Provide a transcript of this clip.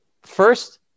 First